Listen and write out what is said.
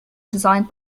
designed